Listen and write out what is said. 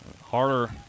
harder